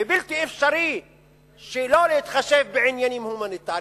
ובלתי אפשרי שלא להתחשב בעניינים הומניטריים,